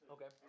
Okay